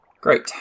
Great